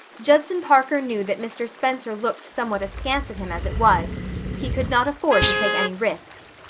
judson parker knew that mr. spencer looked somewhat askance at him as it was he could not afford to take any risks.